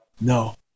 No